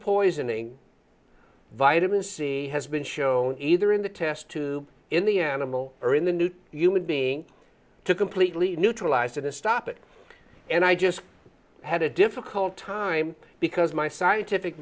poisoning vitamin c has been shown either in the test tube in the animal or in the new human being to completely neutralize didn't stop it and i just had a difficult time because my scientific